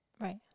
Right